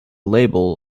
label